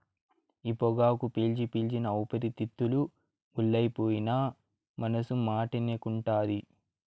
ఈ పొగాకు పీల్చి పీల్చి నా ఊపిరితిత్తులు గుల్లైపోయినా మనసు మాటినకుంటాంది